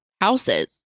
houses